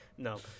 No